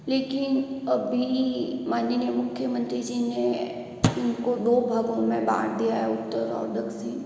लेकिन अभी माननीय मुख्यमंत्री जी ने उनको दो भागों में बाँट दिया है उत्तर और दक्षिण